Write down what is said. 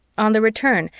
on the return,